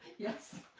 yes.